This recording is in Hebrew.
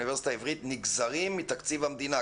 האוניברסיטה העברית נגזרים מתקציב המדינה,